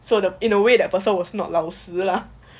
so in a way that person was not 老实 lah